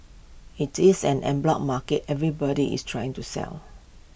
IT is an en bloc market everybody is trying to sell